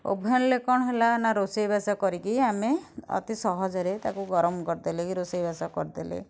ଓଭେନ୍ରେ କ'ଣ ହେଲା ନା ରୋଷେଇବାସ କରିକି ଆମେ ଅତି ସହଜରେ ତାକୁ ଗରମ କରିଦେଲେ କି ରୋଷେଇବାସ କରିଦେଲେ